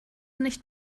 nicht